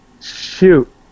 Shoot